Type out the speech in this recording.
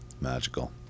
magical